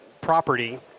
property